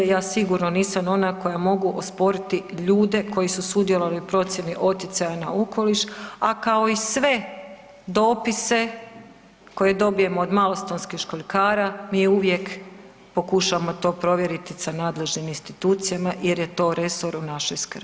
Ja sigurno nisam ona koja mogu osporiti ljude koji su sudjelovali u procjeni utjecaja na okoliš, a kao i sve dopise koje dobijem od Malostonskih školjkara mi uvijek pokušavamo to provjeriti sa nadležnim institucijama jer je to resor u našoj skrbi.